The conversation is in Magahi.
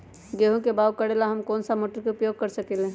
गेंहू के बाओ करेला हम कौन सा मोटर उपयोग कर सकींले?